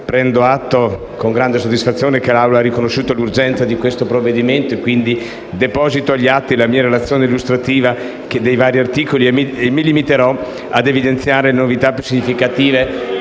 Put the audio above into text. prendo atto con grande soddisfazione che l'Assemblea ha riconosciuto l'importanza di questo provvedimento, quindi deposito agli atti la mia relazione illustrativa sui vari articoli e mi limiterò a evidenziare le novità più significative